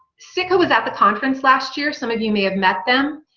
sicko was at the conference last year. some of you may have met them.